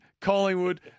Collingwood